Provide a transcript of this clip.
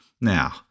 Now